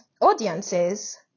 audiences